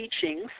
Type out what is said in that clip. teachings